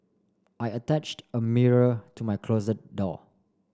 I attached a mirror to my closet door